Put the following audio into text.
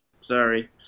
Sorry